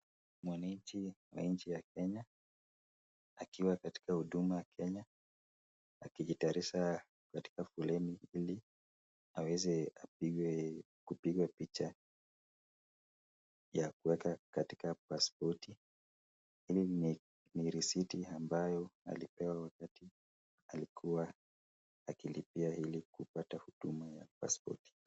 Mwananchi wa nchi ya Kenya akiwa katika Huduma Kenya akijitayarisha katika foleni ili aweze apigwe kupigwa picha ya kuweka katika pasipoti. Hii ni risiti ambayo alipewa wakati alikuwa akilipia ili kupata huduma ya pasipoti.